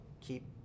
keep